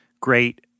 great